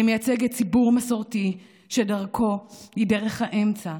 אני מייצגת ציבור מסורתי שדרכו היא דרך האמצע,